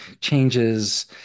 changes